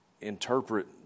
interpret